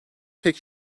tek